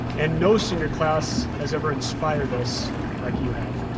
and no senior class has ever inspired us like you have.